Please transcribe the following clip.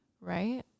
Right